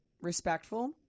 respectful